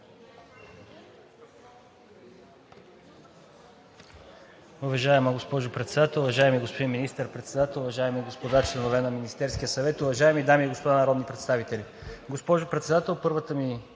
Уважаема госпожо Председател, уважаеми господин Министър-председател, уважаеми господа членове на Министерския съвет, уважаеми дами и господа народни представители! Госпожо Председател, първата ми